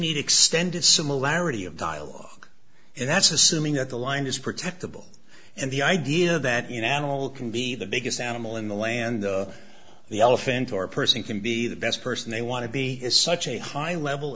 need extended similarity of dialogue and that's assuming that the line is protectable and the idea that you know animal can be the biggest animal in the land the elephant or a person can be the best person they want to be is such a high level